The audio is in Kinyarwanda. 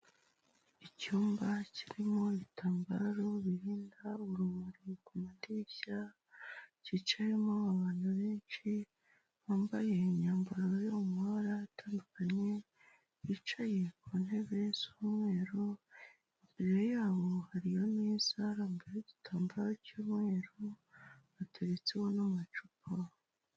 Icyumba kirimo ibitambaro birinda urumuri ku madirishya, cyicayemo abantu benshi, bambaye imyambaro yo mu mabara atandukanye, bicaye ku ntebe z'umweru, imbere yabo hariyo ameza arambuyeho igitambaro cy'umweru, hateretseho n'amacupa.